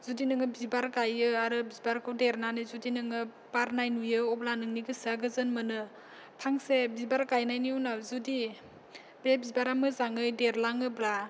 जुदि नोङो बिबार गायो आरो बिबारखौ देरनानै जुदि नोङो बारनाय नुयो अब्ला नोंनि गोसोआ गोजोन मोनो फांसे बिबार गायनायनि उनाव जुदि बे बिबारा मोजाङै देरलाङोब्ला